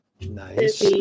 Nice